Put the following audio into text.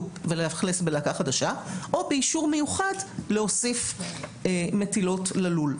ולאכלס בלהקה חדשה או באישור מיוחד להוסיף מטילות ללול.